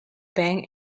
bank